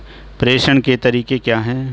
प्रेषण के तरीके क्या हैं?